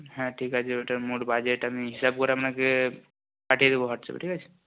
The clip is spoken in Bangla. হ্যাঁ ঠিক আছে ওটার মোট বাজেট আমি হিসাব করে আপনাকে পাঠিয়ে দেবো হোয়াটসঅ্যাপে ঠিক আছে